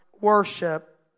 worship